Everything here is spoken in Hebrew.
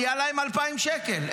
נהיה להם 2,000 שקל.